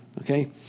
Okay